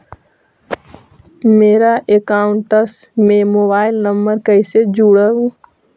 मेरा अकाउंटस में mobile number कैसे जुड़उ?